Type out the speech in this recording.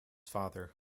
father